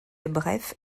bref